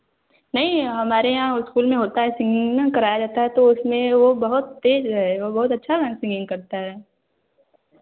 नहीं हमारे यहाँ स्कूल में होता है सिंगिंग ना कराया जाता है तो उसमें वह बहुत तेज़ है वह बहुत अच्छा सिंगिंग करता है